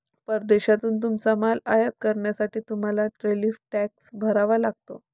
परदेशातून तुमचा माल आयात करण्यासाठी तुम्हाला टॅरिफ टॅक्स भरावा लागतो